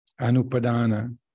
anupadana